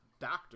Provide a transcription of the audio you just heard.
doctor